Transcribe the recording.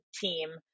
team